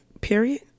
period